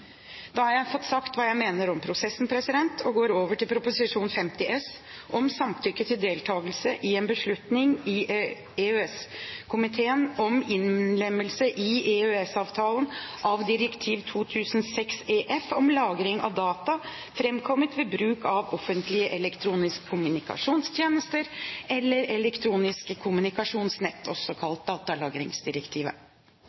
Da har jeg fått sagt hva jeg mener om prosessen, og går over til Prop. 50 S for 2010–2011 om samtykke til deltakelse i en beslutning i EØS-komiteen om innlemmelse i EØS-avtalen av direktiv 2006/24/EF om lagring av data fremkommet ved bruk av offentlig elektronisk kommunikasjonstjeneste eller offentlig elektronisk kommunikasjonsnett,